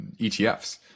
etfs